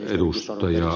arvoisa puhemies